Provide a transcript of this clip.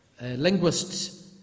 linguists